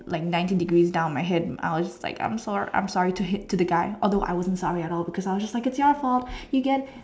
like ninety degrees down my head I was like I'm sorry I'm sorry to the him to the guy although I wasn't sorry at all because I was just like its your fault you get